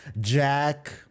Jack